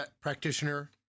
practitioner